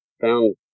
found